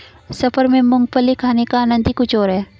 सफर में मूंगफली खाने का आनंद ही कुछ और है